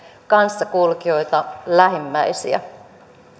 kanssakulkijoita lähimmäisiä